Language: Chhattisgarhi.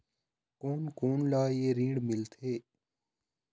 कोन कोन ला ये ऋण मिलथे?